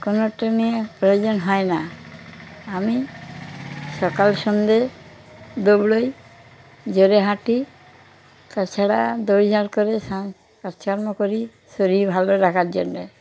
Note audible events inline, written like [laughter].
কোনো ট্রেনিংয়ের প্রয়োজন হয় না আমি সকাল সন্ধ্যে দৌড়োই জোরে হাঁটি তাছাড়া দড়ি ঝড় [unintelligible] করি শরীর ভালো রাাখার জন্যে